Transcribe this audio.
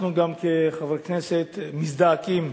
אנחנו גם, כחברי כנסת, מזדעקים,